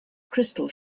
crystal